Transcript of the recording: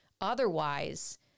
otherwise